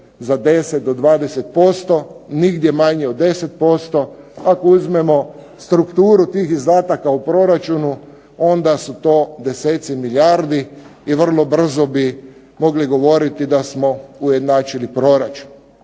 za 10 do 20%, nigdje manje od 10%. Ako uzmemo strukturu tih izdataka u proračunu onda su to deseci milijardi i vrlo brzo mogli govoriti da smo ujednačili proračun,